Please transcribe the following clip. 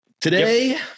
today